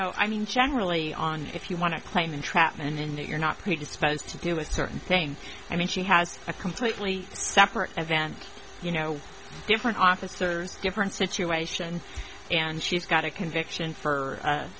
know i mean generally on if you want to claim entrapment in that you're not predisposed to give a certain thing i mean she has a completely separate event you know different officers different situation and she's got a conviction for